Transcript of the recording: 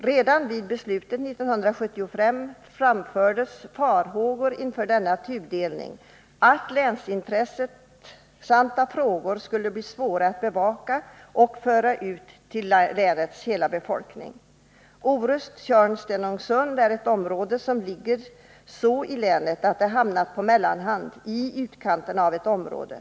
Redan vid tidpunkten för beslutet 1975 framfördes farhågor inför denna tudelning— man befarade att länsintressanta frågor skulle bli svåra att bevaka och föra ut till länets hela befolkning. Orust-Tjörn-Stenungsund är ett område som ligger så till i länet, att det hamnat på mellanhand, i utkanten av ett område.